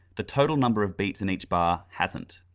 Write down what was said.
the total number of beats in each bar hasn't.